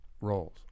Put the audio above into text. roles